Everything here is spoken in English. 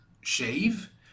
shave